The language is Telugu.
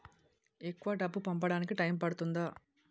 ఎక్కువ డబ్బు పంపడానికి టైం పడుతుందా?